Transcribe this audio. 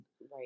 Right